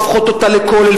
הופכות אותה ל"כולל",